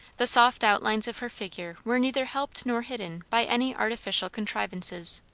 the soft outlines of her figure were neither helped nor hidden by any artificial contrivances.